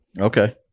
Okay